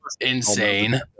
insane